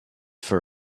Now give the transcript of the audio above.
for